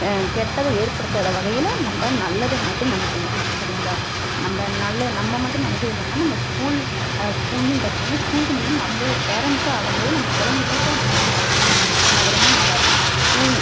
கெட்டதை ஏற்படுத்தாத வகையில் நம்ம நல்லதை மட்டும் நினைக்கணும் சரிங்களா நம்ம நல்லதை நம்ம மட்டும் நினைக்கிறது இல்லாமல் நம்ம ஸ்கூல் ஸ்கூல்லேயும் கத்துக்கணும் ஸ்கூலுக்கு முன்னாடி நம்ம ஒரு பேரெண்ட்ஸாக ஆகும்போது நம்ம குழந்தைகளுக்கும் அதை சொல்லி வளர்த்தோம்னா அது ரொம்ப நல்லாயிருக்கும் தூய்மை